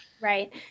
Right